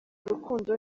rukundo